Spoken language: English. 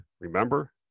Remember